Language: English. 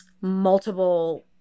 multiple